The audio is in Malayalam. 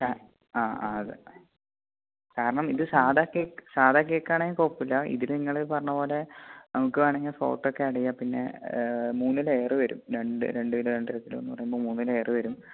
അതെ കാരണം ഇത് സാധാരണ കേക്ക് സാധാരണ കേക്ക് ആണെങ്കിൽ കുഴപ്പമില്ല ഇതിൽ നിങ്ങൾ പറഞ്ഞപോലെ നമുക്ക് വേണമെങ്കിൽ ഫോട്ടോ ഒക്കെ ഏഡ് ചെയ്യാം പിന്നെ മൂന്ന് ലെയറ് വരും രണ്ട് രണ്ട് പറയുമ്പോൾ മൂന്ന് ലെയറ് വരും